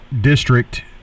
district –